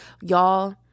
y'all